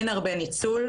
אין הרבה ניצול,